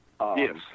Yes